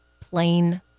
plain